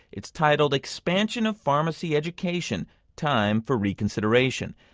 it's titled expansion of pharmacy education time for reconsideration.